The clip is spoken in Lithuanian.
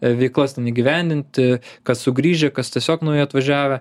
veikslas ten įgyvendinti kas sugrįžę kas tiesiog naujai atvažiavę